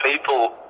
people